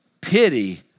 pity